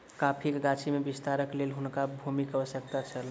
कॉफ़ीक गाछी में विस्तारक लेल हुनका भूमिक आवश्यकता छल